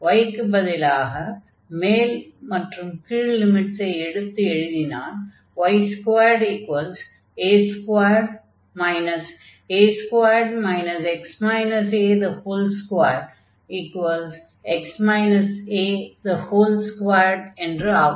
y க்கு பதிலாக மேல் மற்றும் கீழ் லிமிட்ஸை எடுத்து எழுதினால் y2a2 a2 x a2 x a2 என்று ஆகும்